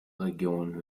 region